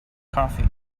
coffee